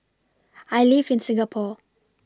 I live in Singapore